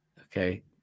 Okay